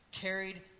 carried